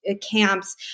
camps